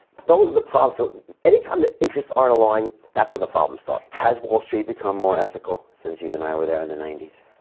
those are the problem so anytime the interests aren't aligned that's on the problems thought has wall street become more ethical since you and i were there in the ninety s